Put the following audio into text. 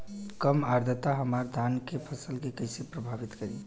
कम आद्रता हमार धान के फसल के कइसे प्रभावित करी?